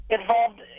involved